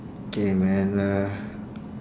K man uh